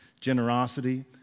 generosity